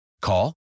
Call